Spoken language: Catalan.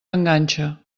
enganxa